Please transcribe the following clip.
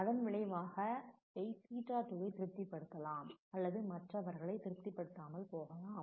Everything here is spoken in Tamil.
இதன் விளைவாக இவை Ɵ2 ஐ திருப்திப்படுத்தலாம் அல்லது மற்றவர்களை திருப்திப்படுத்தாமல் போகலாம்